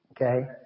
Okay